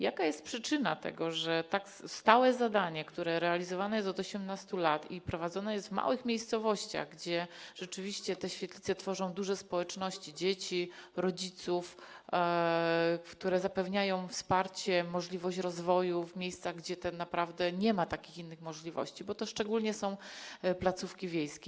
Jaka jest przyczyna tego, że tak stałe zadanie, które realizowane jest od 18 lat i prowadzone jest w małych miejscowościach, gdzie rzeczywiście te świetlice tworzą duże społeczności dzieci, rodziców, które zapewniają wsparcie, możliwość rozwoju w miejscach, gdzie tak naprawdę nie ma innych możliwości, bo to szczególnie są placówki wiejskie.